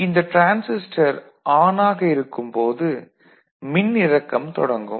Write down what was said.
இந்த transistor on ஆக இருக்கும் போது மின்னிறக்கம் தொடங்கும்